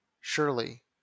Surely